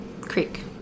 creek